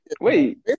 Wait